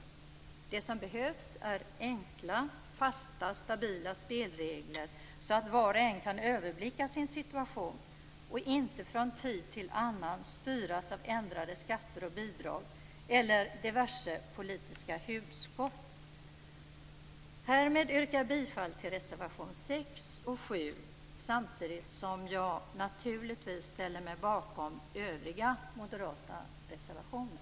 Det som behövs är enkla, fasta och stabila spelregler så att var och en kan överblicka sin situation och inte från tid till annan styras av ändrade skatter och bidrag eller diverse politiska hugskott. Härmed yrkar jag bifall till reservationerna 6 och 7 samtidigt som jag naturligtvis ställer mig bakom övriga moderata reservationer.